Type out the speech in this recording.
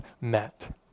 met